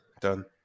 Done